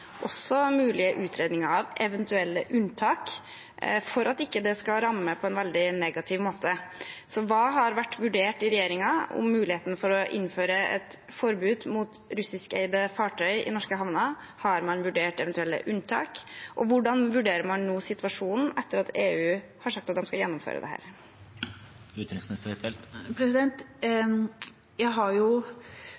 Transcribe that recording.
også mulige utredninger av eventuelle unntak, for at det ikke skal ramme på en veldig negativ måte. Så hva har vært vurdert i regjeringen om muligheten for å innføre et forbud mot russiskeide fartøy i norske havner? Har man vurdert eventuelle unntak, og hvordan vurderer man nå situasjonen etter at EU har sagt at de skal gjennomføre